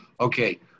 okay